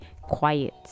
quiet